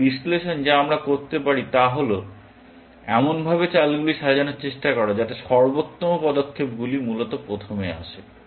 একটি বিশ্লেষণ যা আমরা করতে পারি তা হল এমনভাবে চালগুলি সাজানোর চেষ্টা করা যাতে সর্বোত্তম পদক্ষেপগুলি মূলত প্রথমে আসে